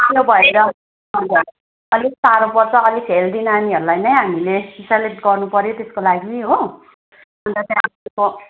त्यही भएर अलिक साह्रो पर्छ अलिक हेल्दी नानीहरूलाई नै हामीले सेलेक्ट गर्नु पऱ्यो त्यसको लागि हो अन्त त्यहाँदेखिको